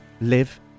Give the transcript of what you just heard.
live